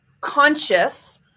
conscious